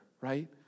right